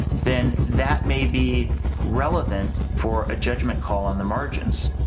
then that may be relevant for a judgement call on the margins.